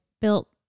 built